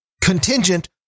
contingent